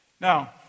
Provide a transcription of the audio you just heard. Now